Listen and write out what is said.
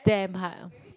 damn hard